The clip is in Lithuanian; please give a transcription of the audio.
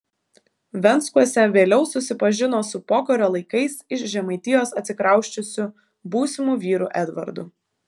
venckuose vėliau susipažino su pokario laikais iš žemaitijos atsikrausčiusiu būsimu vyru edvardu